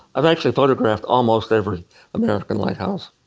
i've actually photographed almost every american lighthouse.